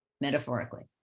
metaphorically